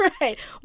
Right